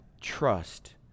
trust